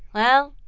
well,